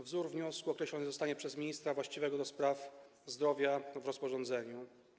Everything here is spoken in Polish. Wzór wniosku określony zostanie przez ministra właściwego do spraw zdrowia w rozporządzeniu.